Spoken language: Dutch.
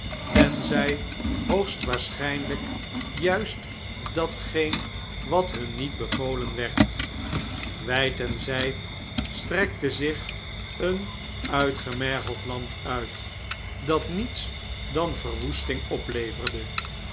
tenzij hoogst waarschnnlijk juist datgeen wat hun niet bevolen werd wjjd en zjjd strekte zich een uitgemergeld land uit dat niets dan verwoesting opleverde